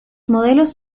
modelos